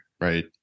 Right